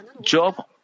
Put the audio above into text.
Job